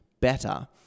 better